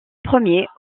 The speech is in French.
premiers